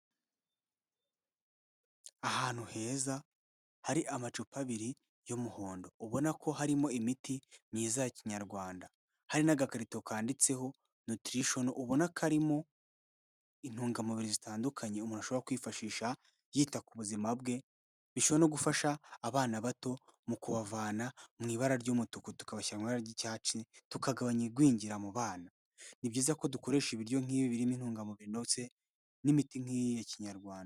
Ahantu heza hari amacupa abiri y'umuhondo, ubona ko harimo imiti myiza ya kinyarwanda, hari n'agakarito kanditseho nutrition ubona karimo, intungamubiri zitandukanye umuntu ashobora kwifashisha yita ku buzima bwe, bishobora no gufasha abana bato, mu kubavana mu ibara ry'umutuku, tukabashyira mu ibara ry'icyatsi, tukagabanya igwingira mu bana. Ni byiza ko dukoresha ibiryo nk'ibi birimo intungamubiri binoze, n'imiti nk'iyi ya kinyarwanda.